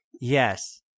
yes